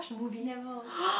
never